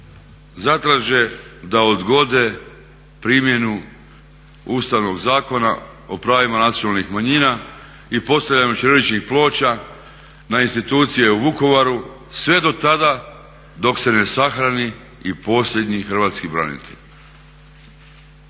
zatraže da odgode primjenu Ustavnog zakona o pravima nacionalnih manjina i postavljanju ćiriličnih ploča na institucije u Vukovaru sve dotada dok se ne sahrani i posljednji hrvatski branitelj.